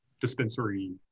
dispensary